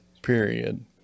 period